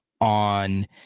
on –